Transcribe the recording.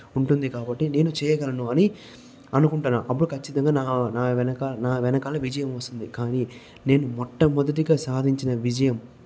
ఉంటుంది కాబట్టి నేను చేయగలను అని అనుకుంటాను అప్పుడు కచ్చితంగా నా నా వెనక నా వెనకాల విజయం వస్తుంది కానీ నేను మొట్ట మొదటిగా సాధించిన విజయం